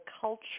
culture